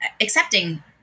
accepting